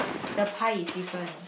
the pie is different